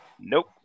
Nope